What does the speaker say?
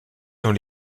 dans